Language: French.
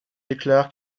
déclare